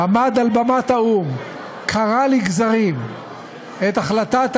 עמד על במת האו"ם וקרע לגזרים את החלטת